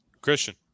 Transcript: Christian